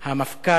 המפכ"ל,